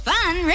Fun